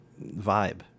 vibe